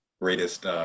greatest